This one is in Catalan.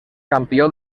campió